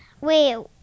Wait